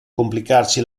complicarci